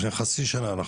לפני חצי שנה,